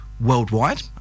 worldwide